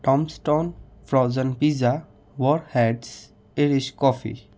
toms ton frozen pizza war heads irish coffee